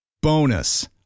Bonus